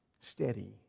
steady